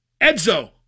Edzo